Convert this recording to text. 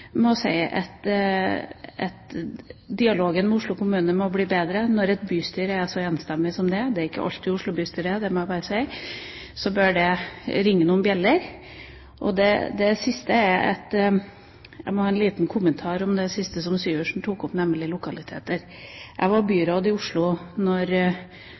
må si at dialogen med Oslo kommune må bli bedre når bystyret er så enstemmig som det er. Det er ikke alltid Oslo bystyre er det – det må jeg bare si. Da bør det ringe noen bjeller. Jeg har en liten kommentar om det siste som Syversen tok opp, nemlig lokaliteter. Jeg var